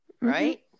right